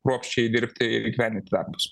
kruopščiai dirbti ir įgyvendinti darbus